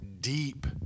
deep